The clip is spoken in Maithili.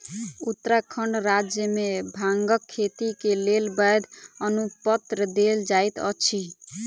उत्तराखंड राज्य मे भांगक खेती के लेल वैध अनुपत्र देल जाइत अछि